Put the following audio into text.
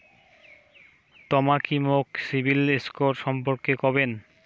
তমা কি মোক সিবিল স্কোর সম্পর্কে কবেন?